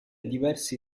diversi